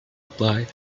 reply